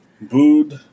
booed